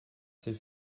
s’est